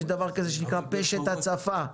יש דבר כזה שנקרא פשט הצפה,